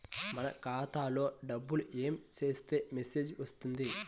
మన ఖాతాలో డబ్బులు ఏమి చేస్తే మెసేజ్ వస్తుంది?